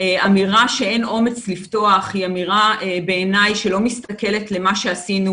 אמירה שאין אומץ לפתוח היא אמירה בעיניי שלא מסתכלת למה שעשינו